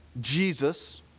Jesus